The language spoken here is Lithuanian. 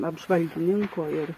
apžvalgininko ir